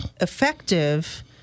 effective